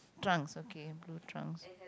trunks okay blue trunks